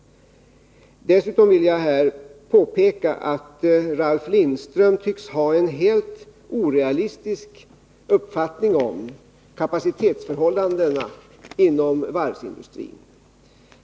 Dessutom vill jag här påpeka att Ralf Lindström tycks ha en helt orealistisk uppfattning om kapacitetsförhållandena inom varvsindustrin.